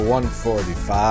145